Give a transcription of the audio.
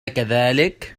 كذلك